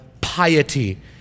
piety